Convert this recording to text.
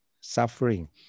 suffering